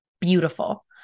beautiful